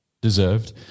deserved